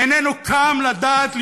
איננו קם לדעת,